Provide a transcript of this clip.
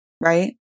right